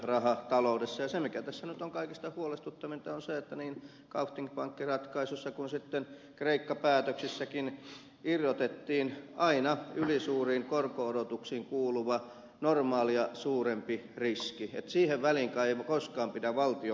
ja se mikä tässä on nyt kaikista huolestuttavinta on se että niin kaupthing pankkiratkaisussa kuin sitten kreikka päätöksissäkin irrotettiin aina ylisuuriin korko odotuksiin kuuluva normaalia suurempi riski että siihen väliin ei kai koskaan pidä valtion mennä